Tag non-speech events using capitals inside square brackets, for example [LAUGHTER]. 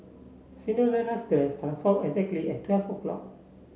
Cinderella's dress [UNINTELLIGIBLE] form exactly at twelve o'clock